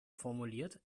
formuliert